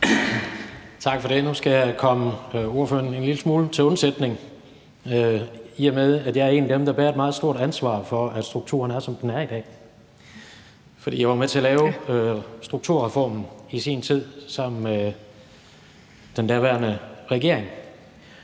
Tak for det. Nu skal jeg komme ordføreren en lille smule til undsætning, i og med at jeg er en af dem, der bærer et meget stort ansvar for, at strukturen er, som den er i dag. For jeg var med til at lave strukturreformen i sin tid sammen med den daværende regering.